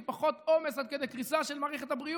עם פחות עומס עד כדי קריסה של מערכת הבריאות,